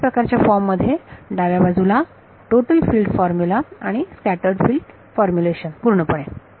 सारख्याच प्रकारच्या फॉर्म मध्ये डाव्याबाजूला टोटल फील्ड फार्मूला आणि स्कॅटर्ड फिल्ड फॉर्मुलेशन पूर्णपणे